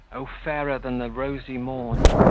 o' fairer than the rosy morn,